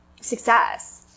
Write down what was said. success